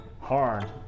hard